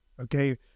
Okay